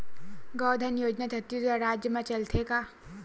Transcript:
गौधन योजना छत्तीसगढ़ राज्य मा चलथे का?